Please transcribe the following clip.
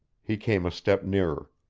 he came a step nearer.